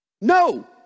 No